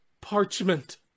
parchment